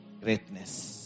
greatness